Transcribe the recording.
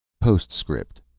postscript.